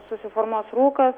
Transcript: susiformuos rūkas